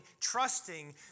trusting